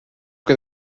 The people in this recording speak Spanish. que